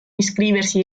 iscriversi